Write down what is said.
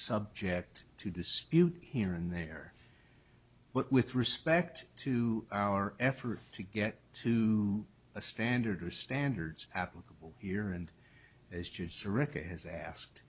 subject to dispute here and there but with respect to our efforts to get to a standard or standards applicable here and as jude suresh has asked